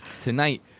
tonight